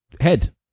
Head